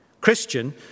Christian